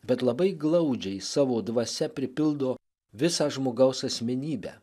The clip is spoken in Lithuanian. bet labai glaudžiai savo dvasia pripildo visą žmogaus asmenybę